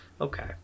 Okay